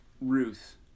Ruth